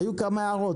היו כמה הערות,